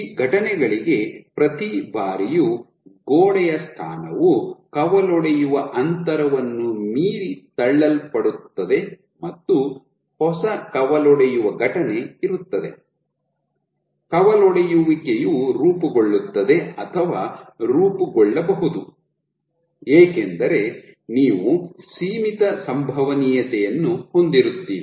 ಈ ಘಟನೆಗಳಿಗೆ ಪ್ರತಿ ಬಾರಿಯೂ ಗೋಡೆಯ ಸ್ಥಾನವು ಕವಲೊಡೆಯುವ ಅಂತರವನ್ನು ಮೀರಿ ತಳ್ಳಲ್ಪಡುತ್ತದೆ ಮತ್ತು ಹೊಸ ಕವಲೊಡೆಯುವ ಘಟನೆ ಇರುತ್ತದೆ ಕವಲೊಡೆಯುವಿಕೆಯು ರೂಪುಗೊಳ್ಳುತ್ತದೆ ಅಥವಾ ರೂಪುಗೊಳ್ಳಬಹುದು ಏಕೆಂದರೆ ನೀವು ಸೀಮಿತ ಸಂಭವನೀಯತೆಯನ್ನು ಹೊಂದಿರುತ್ತೀರಿ